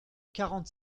quarante